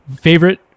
Favorite